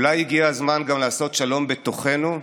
אולי הגיע הזמן גם לעשות שלום בתוכנו?